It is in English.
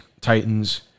Titans